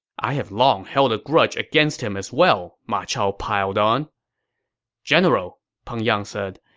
i have long held a grudge against him as well, ma chao piled on general, peng yang said,